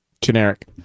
Generic